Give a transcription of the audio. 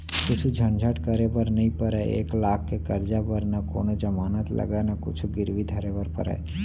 कुछु झंझट करे बर नइ परय, एक लाख के करजा बर न कोनों जमानत लागय न कुछु गिरवी धरे बर परय